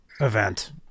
event